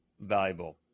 valuable